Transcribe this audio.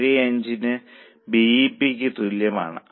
75 ന് B E P യ്ക്ക് തുല്യമാണ്